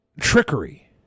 trickery